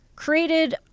created